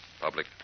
public